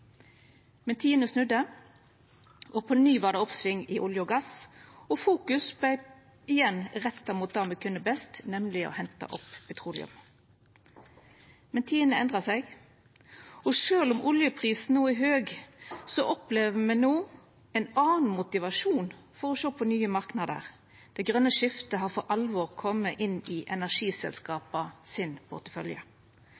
Men tidene snudde, og på ny var det oppsving innan olje og gass, og i fokus var på ny det me kunne best: henta opp petroleum. Men tidene har endra seg, og sjølv om oljeprisen no er høg, opplever me ein annan motivasjon for å sjå på nye marknader. Det grøne skiftet har for alvor kome inn i